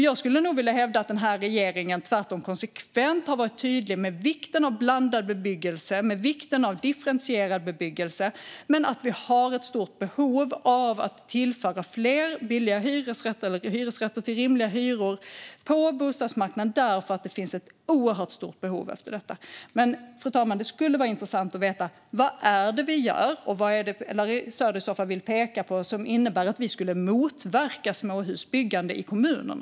Jag skulle nog vilja hävda att den här regeringen tvärtom konsekvent har varit tydlig med vikten av blandad och differentierad bebyggelse men att vi har ett stort behov av att tillföra fler hyresrätter till rimliga hyror på bostadsmarknaden, eftersom det finns ett oerhört stort behov av det. Fru talman! Det skulle vara intressant att veta vad det är vi gör och vad Larry Söder i så fall vill peka på som innebär att vi skulle motverka småhusbyggande i kommunerna.